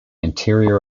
interior